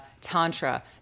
Tantra